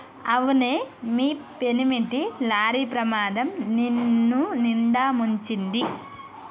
అవునే మీ పెనిమిటి లారీ ప్రమాదం నిన్నునిండా ముంచింది